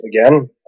again